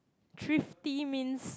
thrifty means